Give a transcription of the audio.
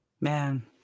Man